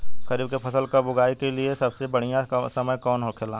खरीफ की फसल कब उगाई के लिए सबसे बढ़ियां समय कौन हो खेला?